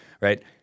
right